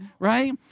right